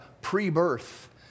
pre-birth